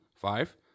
Five